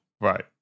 right